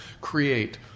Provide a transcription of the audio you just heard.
create